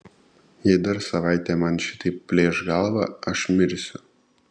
jei dar savaitę man šitaip plėš galvą aš mirsiu